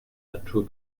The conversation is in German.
natur